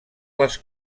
les